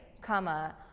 comma